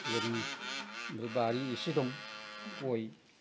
बेबादिनो ओमफ्राय बारि एसे दं गय